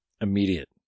immediate